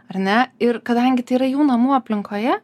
ar ne ir kadangi tai yra jų namų aplinkoje